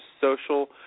social